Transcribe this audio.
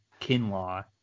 Kinlaw